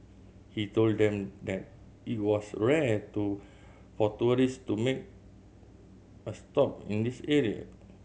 he told them that it was rare to for tourist to make a stop in this area